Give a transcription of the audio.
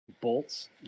bolts